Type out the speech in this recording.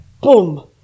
boom